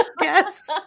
Yes